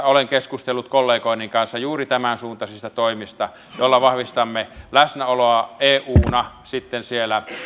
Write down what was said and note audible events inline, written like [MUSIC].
[UNINTELLIGIBLE] olen keskustellut kollegoideni kanssa juuri tämänsuuntaisista toimista joilla vahvistamme läsnäoloa euna sitten siellä